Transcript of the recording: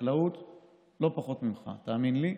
לחקלאות לא פחות ממך, תאמין לי.